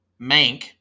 *Mank*